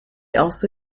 also